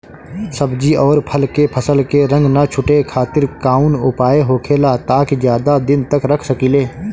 सब्जी और फल के फसल के रंग न छुटे खातिर काउन उपाय होखेला ताकि ज्यादा दिन तक रख सकिले?